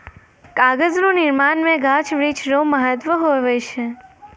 कागज रो निर्माण मे गाछ वृक्ष रो महत्ब हुवै छै